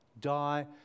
Die